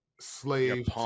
Slave